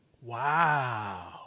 Wow